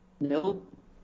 Nope